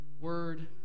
word